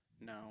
no